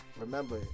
remember